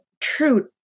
true